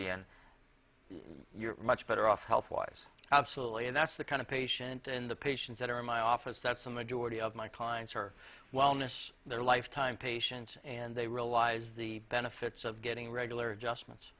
be and you're much better off healthwise absolutely and that's the kind of patient in the patients that are in my office that's a majority of my clients are wellness their lifetime patients and they realize the benefits of getting regular adjustments